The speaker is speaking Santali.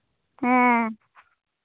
ᱦᱮᱸ